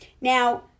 Now